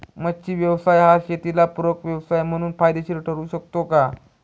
मच्छी व्यवसाय हा शेताला पूरक व्यवसाय म्हणून फायदेशीर ठरु शकतो का?